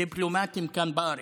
דיפלומטים כאן בארץ.